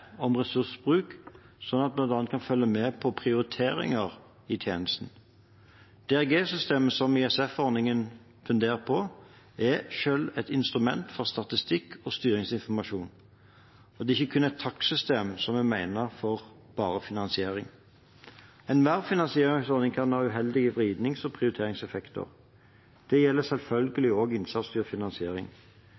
om ressursbruk, slik at man bl.a. kan følge med på prioriteringer i tjenesten. DRG-systemet – som ISF-ordningen er fundert på – er i seg selv et instrument for statistikk og styringsinformasjon. Det er ikke kun et takstsystem som bare er ment for finansiering. Enhver finansieringsordning kan ha uheldige vridnings- og prioriteringseffekter. Det gjelder